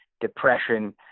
depression